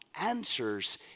answers